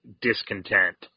discontent